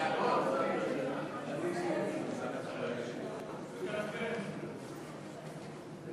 חוק סדר הדין הפלילי (תיקון מס' 69),